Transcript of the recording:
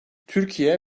türkiye